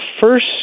first